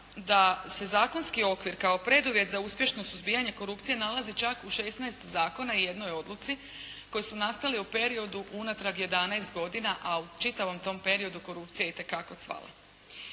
da se zakonski okvir kao preduvjet za uspješno suzbijanje korupcije nalazi čak u 16 zakona i jednoj odluci koji su nastali u periodu unatrag 11 godina, a u čitavom tom periodu korupcija je itekako cvala.